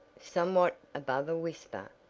somewhat above a whisper,